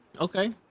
Okay